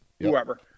whoever